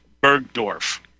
bergdorf